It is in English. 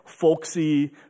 folksy